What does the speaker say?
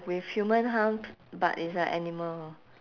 with humans arms but is a animal